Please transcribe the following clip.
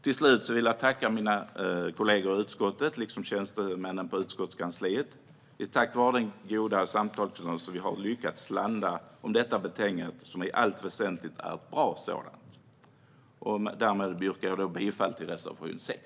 Till slut vill jag tacka mina kollegor i utskottet liksom tjänstemännen på utskottskansliet. Det är tack vare det goda samtalsklimatet som vi har lyckats landa i detta betänkande, som i allt väsentligt är bra. Därmed yrkar jag bifall till reservation 6.